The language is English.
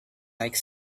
like